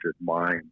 mind